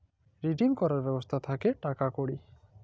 redeem ক্যরের ব্যবস্থা থাক্যে টাকা কুড়ি